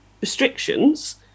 restrictions